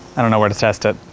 i don't know where to test it.